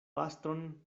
pastron